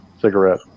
Cigarette